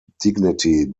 dignity